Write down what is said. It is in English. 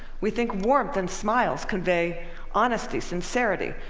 we think warmth and smiles convey honesty, sincerity.